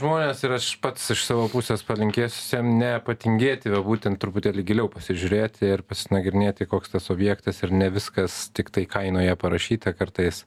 žmonės ir aš pats iš savo pusės palinkėsiu visiem nepatingėti būtent truputėlį giliau pasižiūrėti ir pasinagrinėti koks tas objektas ir ne viskas tiktai kainoje parašyta kartais